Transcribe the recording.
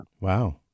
wow